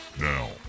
Now